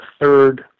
third